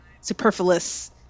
superfluous